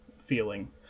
feeling